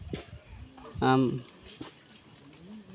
ᱟᱢ